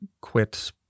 quit